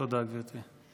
תודה, גברתי.